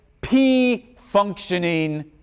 P-functioning